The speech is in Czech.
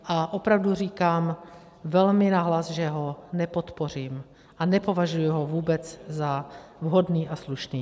A opravdu říkám velmi nahlas, že ho nepodpořím a nepovažuji ho vůbec za vhodný a slušný.